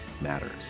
matters